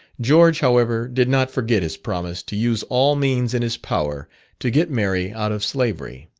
george, however, did not forget his promise to use all means in his power to get mary out of slavery.